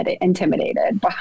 intimidated